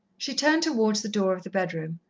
she turned towards the door of the bedroom.